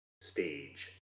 stage